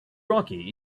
rocky